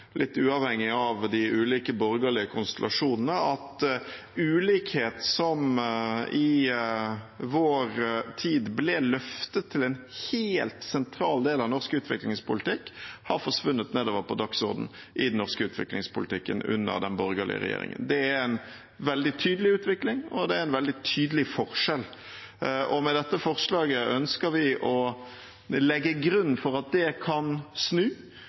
ble løftet til en helt sentral del av norsk utviklingspolitikk, har forsvunnet nedover på dagsordenen i den norske utviklingspolitikken under den borgerlige regjeringen. Det er en veldig tydelig utvikling, og det er en veldig tydelig forskjell, og med dette forslaget ønsker vi å legge grunnen for at det kan snu